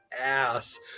ass